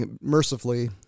mercifully